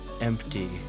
empty